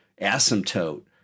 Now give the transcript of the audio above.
asymptote